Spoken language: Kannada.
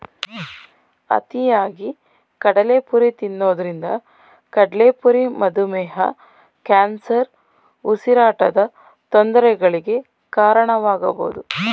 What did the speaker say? ಅತಿಯಾಗಿ ಕಡಲೆಪುರಿ ತಿನ್ನೋದ್ರಿಂದ ಕಡ್ಲೆಪುರಿ ಮಧುಮೇಹ, ಕ್ಯಾನ್ಸರ್, ಉಸಿರಾಟದ ತೊಂದರೆಗಳಿಗೆ ಕಾರಣವಾಗಬೋದು